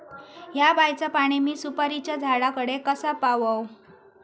हया बायचा पाणी मी सुपारीच्या झाडान कडे कसा पावाव?